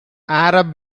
arab